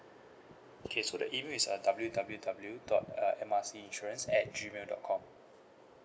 okay so the email is uh W_W_W dot uh M R C insurance at gmail dot com